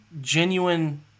genuine